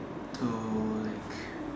to like